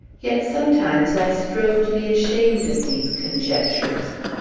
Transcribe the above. yet sometimes i strove to be ashamed of these conjectures.